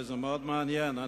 זה מאוד מעניין.